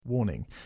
warning